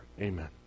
Amen